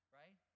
right